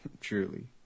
Truly